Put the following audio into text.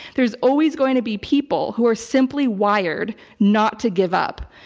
there's always going to be people who are simply wired not to give up.